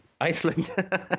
Iceland